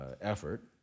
effort